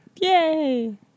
Yay